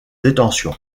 détention